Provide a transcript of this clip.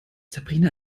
sabrina